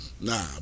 Nah